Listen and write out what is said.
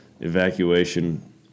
evacuation